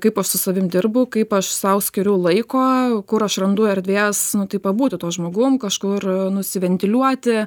kaip aš su savim dirbu kaip aš sau skiriu laiko kur aš randu erdvės tai pabūti tuo žmogum kažkur nusiventiliuoti